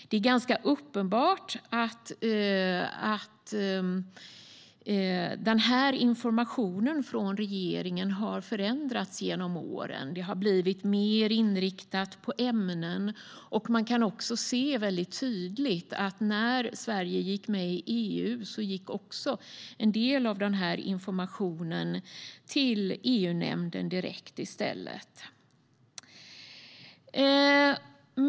Det är ganska uppenbart att den här informationen från regeringen har förändrats genom åren. Den har blivit mer inriktad på ämnen. Man kan också se mycket tydligt att när Sverige gick med i EU gick också en del av denna information direkt till EU-nämnden i stället.